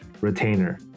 retainer